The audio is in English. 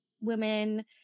women